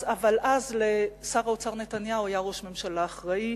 אבל אז לשר האוצר נתניהו היה ראש ממשלה אחראי,